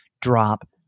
drop